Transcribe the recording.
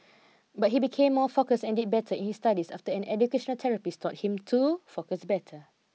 but he became more focused and did better in his studies after an educational therapist taught him to focus better